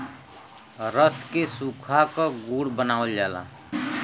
रस के सुखा क गुड़ बनावल जाला